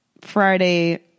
Friday